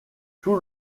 tout